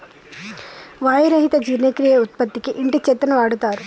వాయి రహిత జీర్ణక్రియ ఉత్పత్తికి ఇంటి చెత్తను వాడుతారు